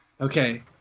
Okay